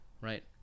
right